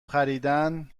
خریدن